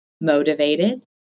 motivated